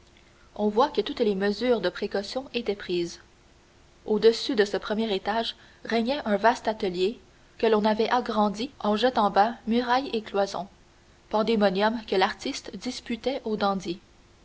on voit que toutes les mesures de précaution étaient prises au-dessus de ce premier étage régnait un vaste atelier que l'on avait agrandi en jetant bas murailles et cloisons pandémonium que l'artiste disputait au